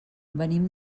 venim